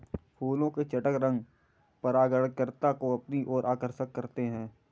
फूलों के चटक रंग परागणकर्ता को अपनी ओर आकर्षक करते हैं